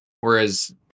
Whereas